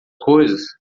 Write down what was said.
coisas